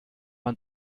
man